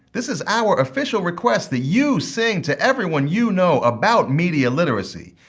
this is our official request that you sing to everyone you know about media literacy.